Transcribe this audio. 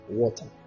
water